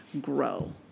grow